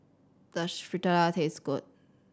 does Fritada taste good